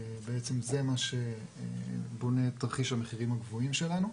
בעצם זה מה שבונה את תרחיש המחירים הגבוהים שלנו,